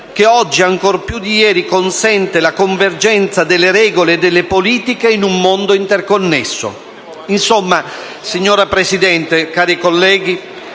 che oggi, ancor più di ieri, consente la convergenza delle regole e delle politiche in un mondo interconnesso. Insomma, signora Presidente, cari colleghi,